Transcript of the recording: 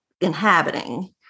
inhabiting